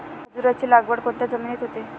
खजूराची लागवड कोणत्या जमिनीत होते?